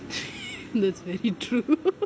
that's very true